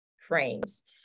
frames